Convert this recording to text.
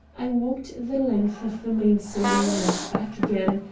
i walked the length of the main saloon and back again,